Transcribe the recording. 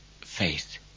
Faith